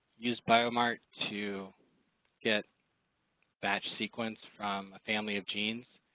used biomart to get batch sequence from a family of genes,